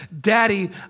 daddy